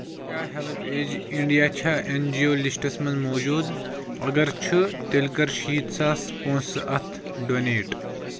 کیٛاہ HelpAge India چھےٚ N G O lists منٛز موٗجوٗد، اگر چھُ تیٚلہِ کَر شیٖتھ ساس پونٛسہٕ اَتھ ڈونیٹ